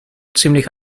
ziemlich